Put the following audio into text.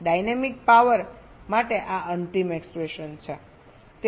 dynamic power માટે આ અંતિમ એક્ષ્પ્રેસન છે